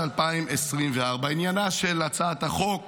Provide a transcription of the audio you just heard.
להציג בפניכם את הצעת החוק